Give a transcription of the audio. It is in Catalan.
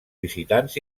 visitants